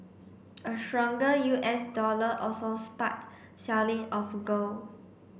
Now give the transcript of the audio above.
a stronger U S dollar also sparked selling of gold